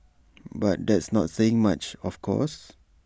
but that's not saying much of course